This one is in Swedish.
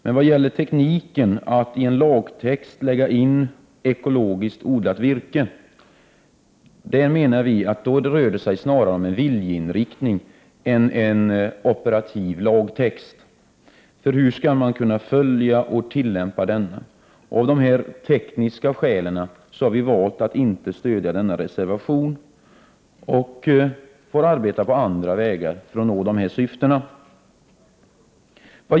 Men tekniken att i en lagtext föra in bestämmelser om ekologiskt odlat virke menar vi är felaktig. Det blir då snarare fråga om en viljeinriktning än en fungerande lagtext. Hur skall man kunna följa och tillämpa en sådan lagtext? Av dessa tekniska skäl har vi i vpk valt att inte stödja denna reservation. Vi får arbeta på andra vägar för att nå dessa syften.